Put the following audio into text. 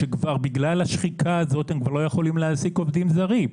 שבגלל השחיקה הזאת כבר לא יכולים להעסיק עובדים זרים.